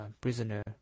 prisoner